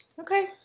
Okay